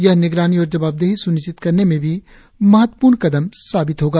यह निगरानी और जवाबदेही स्निश्चित करने में भी महत्वपूर्ण कदम साबित होगा